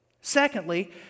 Secondly